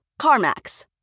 CarMax